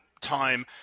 time